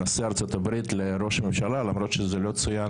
אנשי יש עתיד בעיר וכל פעם שאני מדבר איתם